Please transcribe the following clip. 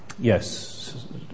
Yes